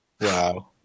Wow